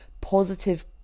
positive